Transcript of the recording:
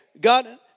God